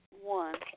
One